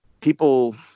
people